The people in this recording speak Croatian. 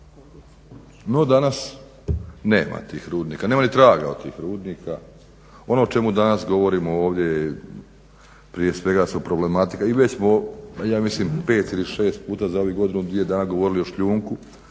No, danas nema tih rudnika, nema ni traga od tih rudnika. Ono o čemu danas govorimo ovdje je, prije svega su problematika, i već smo ja mislim 5 ili 6 puta za ovih godinu dvije dana govorili o šljunku,